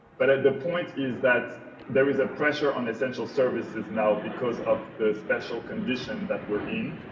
but and the point is that there is ah pressure on essential services now, because of the special conditions that we are in.